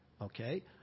okay